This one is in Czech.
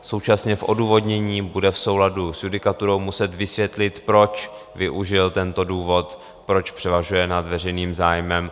Současně v odůvodnění bude v souladu s judikaturou muset vysvětlit, proč využil tento důvod, proč převažuje nad veřejným zájmem.